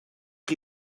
chi